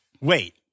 Wait